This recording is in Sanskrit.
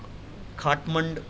खाट्मण्ड्